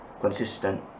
consistent